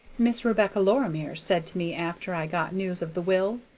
miss rebecca lorimer said to me after i got news of the will,